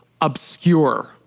obscure